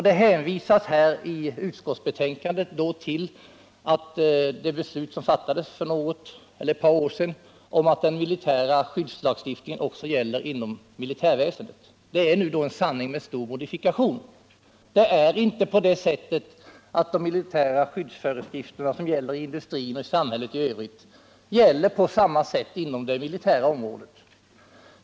Det hänvisas i utskottsbetänkandet till det beslut som fattades för ett par år sedan och att den civila skyddslagstiftningen också gäller inom militärväsendet. Det är en sanning med stor modifikation. De civila skyddsföreskrifterna, som gäller inom industrin och samhället i övrigt, gäller inte på samma sätt inom det militära området.